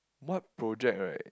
what project right